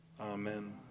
Amen